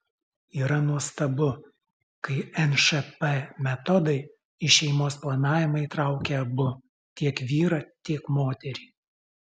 yra nuostabu kai nšp metodai į šeimos planavimą įtraukia abu tiek vyrą tiek moterį